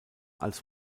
als